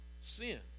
Sin